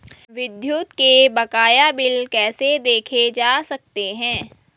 विद्युत के बकाया बिल कैसे देखे जा सकते हैं?